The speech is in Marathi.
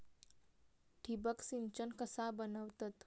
ठिबक सिंचन कसा बनवतत?